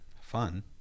fun